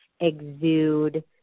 exude